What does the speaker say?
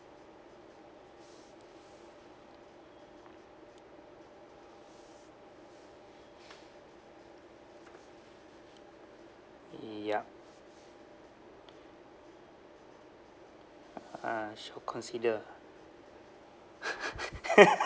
y~ ya ah should consider ah